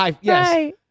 Yes